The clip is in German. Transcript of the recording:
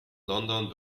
london